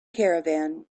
caravan